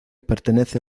pertenece